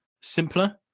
simpler